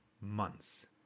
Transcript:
months